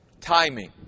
timing